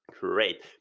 Great